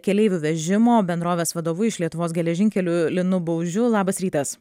keleivių vežimo bendrovės vadovu iš lietuvos geležinkelių linu baužiu labas rytas